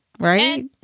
Right